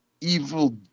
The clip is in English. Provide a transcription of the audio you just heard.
Evil